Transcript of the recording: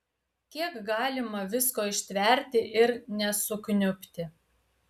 kiek galima visko ištverti ir nesukniubti